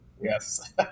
Yes